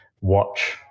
watch